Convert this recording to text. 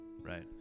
right